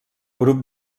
grup